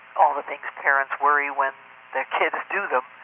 all the things parents worry when their kids do them.